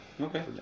Okay